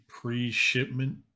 pre-shipment